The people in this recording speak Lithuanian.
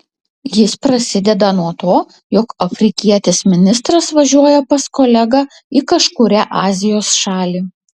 jis prasideda nuo to jog afrikietis ministras važiuoja pas kolegą į kažkurią azijos šalį